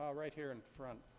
um right here in front.